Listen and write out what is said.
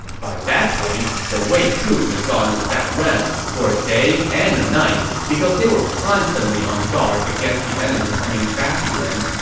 by that point, the wei troops had gone without rest for a day and a night because they were constantly on guard against the enemy coming back again.